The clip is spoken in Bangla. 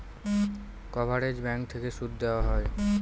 কভারেজ ব্যাঙ্ক থেকে সুদ দেওয়া হয়